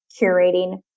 curating